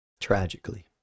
Tragically